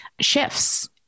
shifts